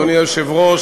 אדוני היושב-ראש,